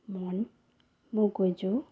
মন মগজু